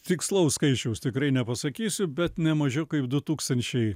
tikslaus skaičiaus tikrai nepasakysiu bet nemažiau kaip du tūkstančiai